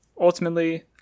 ultimately